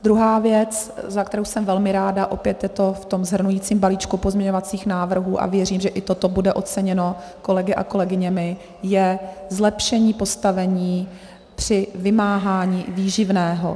Druhá věc, za kterou jsem velmi ráda, opět je to v tom shrnujícím balíčku pozměňovacích návrhů a věřím, že i toto bude oceněno kolegy a kolegyněmi, je zlepšení postavení při vymáhání výživného.